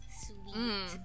sweet